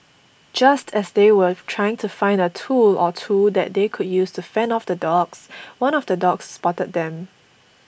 just as they were trying to find a tool or two that they could use to fend off the dogs one of the dogs spotted them